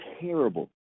terrible